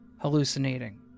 hallucinating